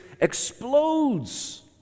explodes